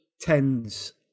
tens